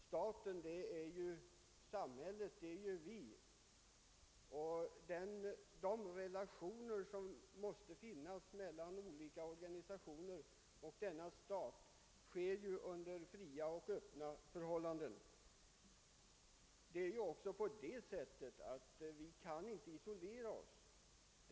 Samhället utgörs av oss alla och de nödvändiga relationerna mellan olika organisationer och denna stat existerar ju fritt och öppet. Trossamfunden kan inte heller isolera sig.